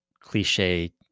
cliche